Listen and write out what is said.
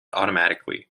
automatically